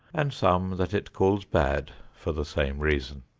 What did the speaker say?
and some that it calls bad for the same reason.